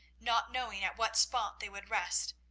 not knowing at what spot they would rest,